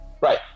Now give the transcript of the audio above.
right